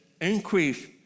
increase